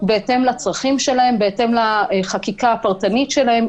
בהתאם לצרכים שלהן ובהתאם לחקיקה הפרטנית שלהן.